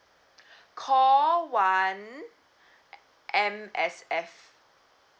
call one M_S_F